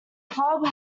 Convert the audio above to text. club